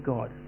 God